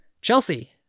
Chelsea